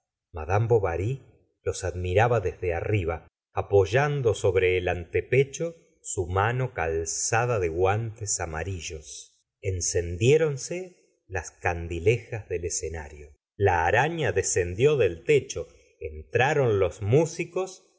fad bovary los admiraba desde arriba apoyando sobre el antepecho su mano calzada de guantes amarill s encendiéronse las candilejas del escenario la araña descendió del techo entraron los músicos unos después de